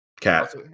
Cat